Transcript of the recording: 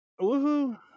Woohoo